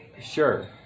Sure